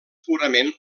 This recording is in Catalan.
purament